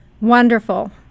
Wonderful